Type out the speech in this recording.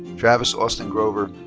travis austin grover.